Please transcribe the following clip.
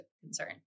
concern